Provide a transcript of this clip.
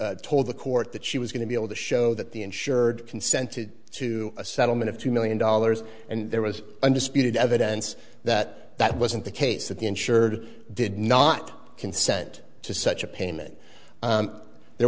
that told the court that she was going to be able to show that the insured consented to a settlement of two million dollars and there was undisputed evidence that that wasn't the case that the insured did not consent to such a payment and there